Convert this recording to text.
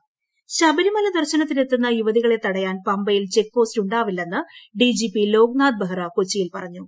ശബരിമല ലോക്നാഥ് ബെഹ്റ ശബരിമല ദർശനത്തിന് എത്തുന്ന യുവതികളെ തടയാൻ പമ്പയിൽ ചെക്ക് പോസ്റ്റ് ഉണ്ടാവില്ലെന്ന് ഡിജിപി ലോക്നാഥ് ബെഹ്റ കൊച്ചിയിൽ പറഞ്ഞു